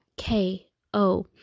K-O